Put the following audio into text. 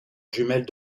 jumelles